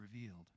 revealed